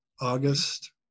August